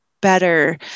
better